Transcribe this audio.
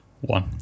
One